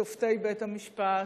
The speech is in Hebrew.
שופטי בית-המשפט,